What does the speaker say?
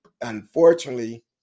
unfortunately